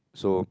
so